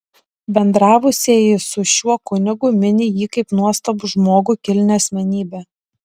bendravusieji su šiuo kunigu mini jį kaip nuostabų žmogų kilnią asmenybę